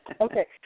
Okay